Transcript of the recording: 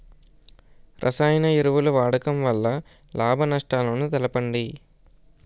రసాయన ఎరువుల వాడకం వల్ల లాభ నష్టాలను తెలపండి?